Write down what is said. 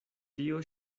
tio